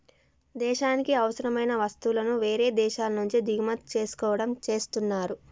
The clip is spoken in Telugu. దేశానికి అవసరమైన వస్తువులను వేరే దేశాల నుంచి దిగుమతి చేసుకోవడం చేస్తున్నరు